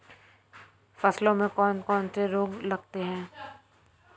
फसलों में कौन कौन से रोग लगते हैं?